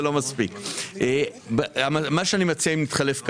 אני מציע וקורא,